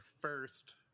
first